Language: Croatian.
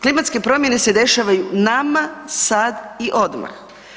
Klimatske promjene se dešavaju nama, sad i odmah.